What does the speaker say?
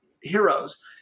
heroes